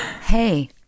Hey